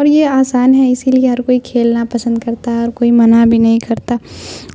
اور یہ آسان ہے اسی لیے ہر کوئی کھیلنا پسند کرتا ہے اور کوئی منع بھی نہیں کرتا